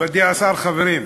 מכובדי השר, חברים,